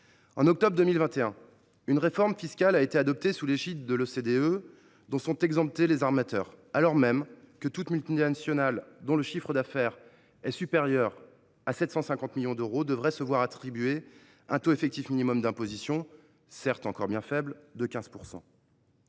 En octobre 2021, une réforme fiscale a été adoptée sous l’égide de l’OCDE, dont sont exemptés les armateurs, alors même que toute multinationale dont le chiffre d’affaires est supérieur à 750 millions d’euros devrait se voir attribuer un taux effectif minimum d’imposition – certes, encore bien faible – de 15 %.